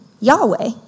Yahweh